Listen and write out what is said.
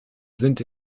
sind